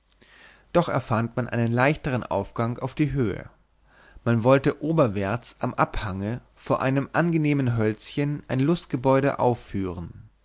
doch erfand man einen leichtern aufgang auf die höhe man wollte oberwärts am abhange vor einem angenehmen hölzchen ein lustgebäude aufführen